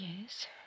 Yes